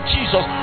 Jesus